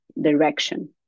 direction